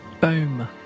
Boom